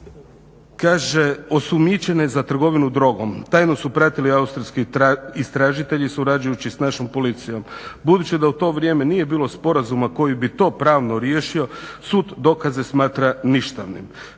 Kaže osumnjičene za trgovinu drogom tajno su pratili austrijski istražitelji surađujući s našom policijom. Budući da u to vrijeme nije bilo sporazuma koji bi to pravno riješio sud dokaze smatra ništavnim.